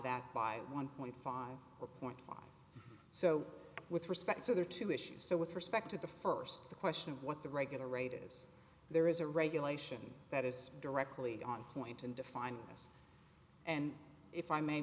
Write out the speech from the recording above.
that by one point five four point five so with respect so there are two issues so with respect to the first the question of what the regular rate is there is a regulation that is directly on point and defined as and if i may